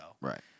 Right